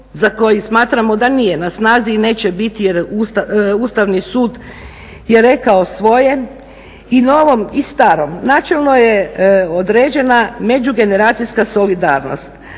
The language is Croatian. za koji smatramo da nije na snazi i neće biti jer Ustavni sud je rekao svoje i novom i starom načelno je određena međugeneracijska solidarnost.